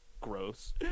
gross